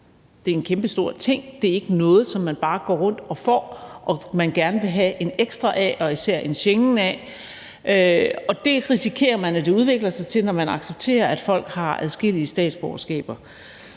det er en kæmpestor ting. Det er ikke noget, man bare går rundt og får, og som man gerne vil have et ekstra af og især et i forhold til Schengen. Det risikerer man det udvikler sig til, når man accepterer, at folk har adskillige statsborgerskaber.